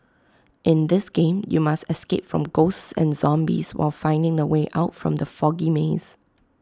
in this game you must escape from ghosts and zombies while finding the way out from the foggy maze